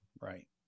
right